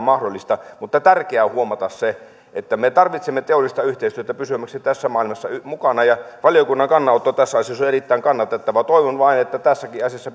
mahdollista mutta tärkeää on huomata se että me tarvitsemme teollista yhteistyötä pysyäksemme tässä maailmassa mukana valiokunnan kannanotto tässä asiassa on erittäin kannatettava toivon vain että tässäkin asiassa